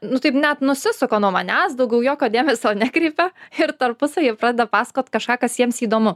nu taip net nusisuka nuo manęs daugiau jokio dėmesio nekreipia ir tarpusavy pradeda pasakot kažką kas jiems įdomu